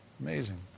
Amazing